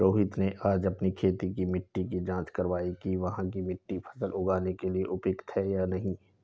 रोहित ने आज अपनी खेत की मिट्टी की जाँच कारवाई कि वहाँ की मिट्टी फसल उगाने के लिए उपयुक्त है या नहीं